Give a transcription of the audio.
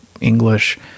English